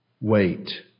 wait